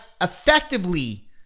effectively